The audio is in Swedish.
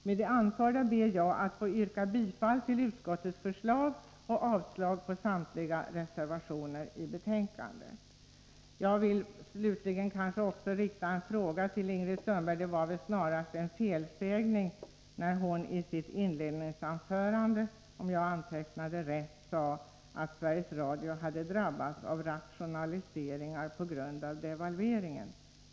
Med det anförda ber jag att få yrka bifall till utskottets förslag och avslag på samtliga reservationer i betänkandet. Jag vill slutligen rikta en fråga till Ingrid Sundberg: Var det inte snarast en felsägning när Ingrid Sundberg i sitt inledningsanförande — om jag nu antecknat rätt — sade att Sveriges Radio hade drabbats av rationaliseringar på grund av devalveringen?